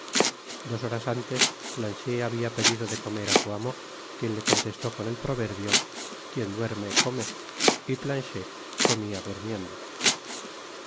dos horas antes planchet habia pedido de comer á su amo quien le contestó con el proverbio quien duerme come y planchet comia durmiendo